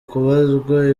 kubazwa